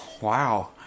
Wow